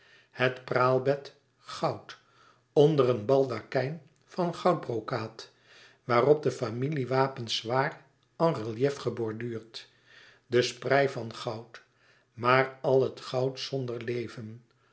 het praalbed goud onder een baldakijn van goudbrokaat waarop de familiewapens zwaar en relief geborduurd de sprei van goud maar àl het goud zonder leven